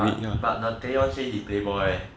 but but that tae on say he playboy